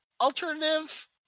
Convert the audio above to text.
alternative